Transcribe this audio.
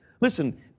listen